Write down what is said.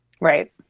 Right